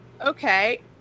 Okay